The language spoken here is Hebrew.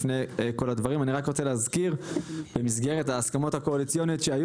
אני רק רוצה להזכיר שבמסגרת ההסכמות הקואליציוניות שהיו